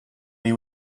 they